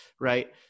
Right